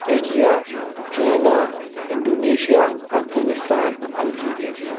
India China Indonesia Afghanistan Algeria